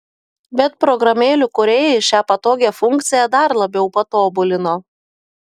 bet programėlių kūrėjai šią patogią funkciją dar labiau patobulino